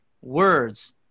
words